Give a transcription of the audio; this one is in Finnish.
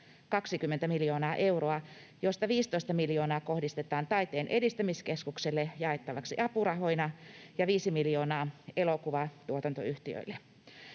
20 miljoonaa euroa, josta 15 miljoonaa kohdistetaan Taiteen edistämiskeskukselle jaettavaksi apurahoina ja 5 miljoonaa elokuvatuotantoyhtiöille.